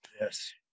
yes